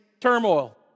turmoil